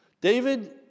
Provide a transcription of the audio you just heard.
David